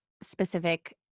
specific